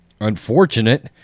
unfortunate